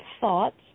thoughts